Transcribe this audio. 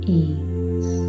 ease